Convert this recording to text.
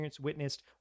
witnessed